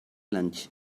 lunch